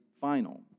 final